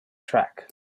track